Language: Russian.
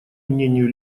мнению